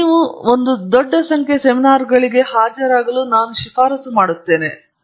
ಹಾಗಾಗಿ ನೀವು ಒಂದು ದೊಡ್ಡ ಸಂಖ್ಯೆಯ ಸೆಮಿನಾರ್ಗಳಿಗೆ ಹಾಜರಾಗಲು ನಾನು ಶಿಫಾರಸು ಮಾಡುತ್ತೇವೆ